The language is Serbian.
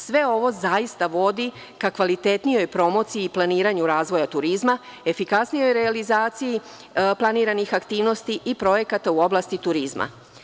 Sve ovo zaista vodi ka kvalitetnijoj promociji i planiranju razvoja turizma, efikasnijoj realizaciji planiranih aktivnosti i projekata u oblasti turizma.